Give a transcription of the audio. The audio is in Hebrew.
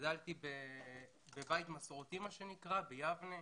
גדלתי בבית מסורתי ביבנה,